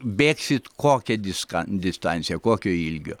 bėgsit kokią diskan distanciją kokio ilgio